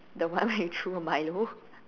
the one when you threw a Milo